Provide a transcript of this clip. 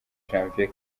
janvier